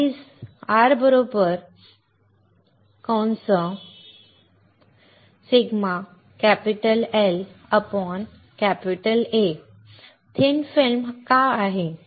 R ρLA thin film का आहे